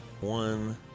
One